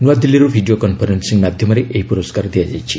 ନୂଆଦିଲ୍ଲୀରୁ video conferencing ମାଧ୍ୟମରେ ଏହି ପ୍ରରସ୍କାର ଦିଆଯାଇଛି